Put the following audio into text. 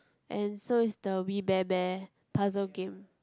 and so is the We Bare Bear puzzle game